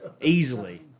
Easily